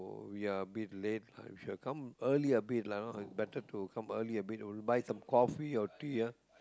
we are a bit late lah we should've have come early a bit lah ah it's better to come early a bit buy some coffee or tea ah